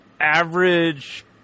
average